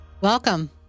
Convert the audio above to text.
Welcome